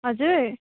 हजुर